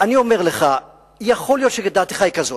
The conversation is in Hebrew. אני אומר לך: יכול להיות שדעתך היא כזו,